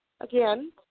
Again